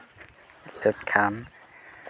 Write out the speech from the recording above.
ᱞᱮᱠᱷᱟᱱ